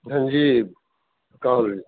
धनजीब कहल